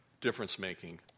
difference-making